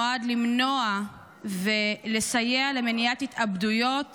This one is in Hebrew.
החוק הזה בעצם נועד למנוע ולסייע למניעת התאבדויות